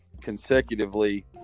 consecutively